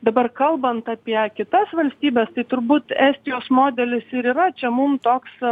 dabar kalbant apie kitas valstybes tai turbūt estijos modelis ir yra čia mum toks